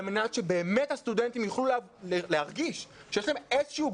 מנת שבאמת הסטודנטים יוכלו להרגיש שיש להם איזשהו